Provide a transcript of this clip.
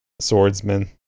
swordsman